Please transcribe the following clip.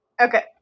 Okay